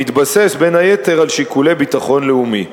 המתבסס, בין היתר, על שיקולי ביטחון לאומי.